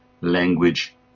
language